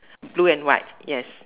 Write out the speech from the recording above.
blue and white yes